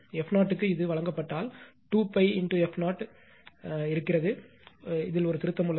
F0 க்கு இது வழங்கப்பட்டால் 2π f0 ஒன்று இருக்கிறது ஒரு திருத்தம் உள்ளது